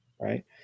right